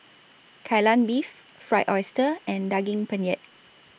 Kai Lan Beef Fried Oyster and Daging Penyet